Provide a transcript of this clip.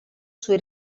sui